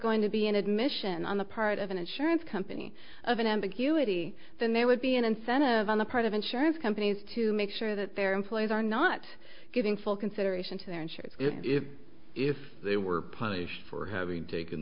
going to be an admission on the part of an insurance company of an ambiguity then there would be an incentive on the part of insurance companies to make sure that their employees are not giving full consideration to their insurers if if they were punished for having taken